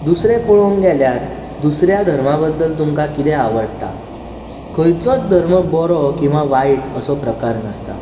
दुसरें पळोवंक गेल्यार दुसऱ्या धर्मा बद्दल तुमकां कितें आवडटा खंयचोच धर्म बरो किंवा वायट असो प्रकार नासता